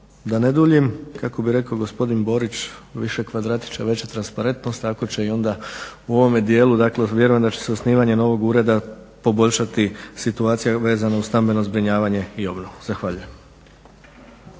Da ne duljim, kako bi rekao gospodin Borić "Više kvadratića veća transparentnost.", tako će i onda u ovome dijelu, dakle vjerujem da će se osnivanje novog ureda poboljšati situacija vezana uz stambeno zbrinjavanje i obnovu. Zahvaljujem.